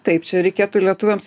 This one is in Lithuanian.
taip čia reikėtų lietuviams